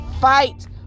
fight